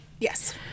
Yes